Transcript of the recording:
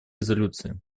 резолюции